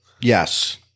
yes